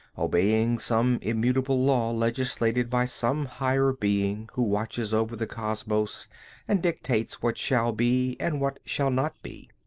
obeying some immutable law legislated by some higher being who watches over the cosmos and dictates what shall be and what shall not be.